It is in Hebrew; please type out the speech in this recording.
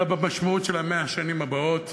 אלא במשמעות של 100 השנים הבאות,